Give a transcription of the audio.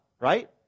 right